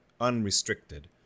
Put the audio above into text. unrestricted